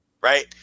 right